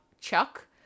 Chuck